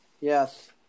Yes